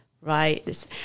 right